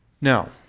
Now